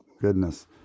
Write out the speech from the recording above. goodness